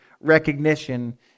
recognition